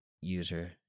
user